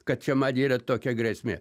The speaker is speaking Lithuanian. kad čia man yra tokia grėsmė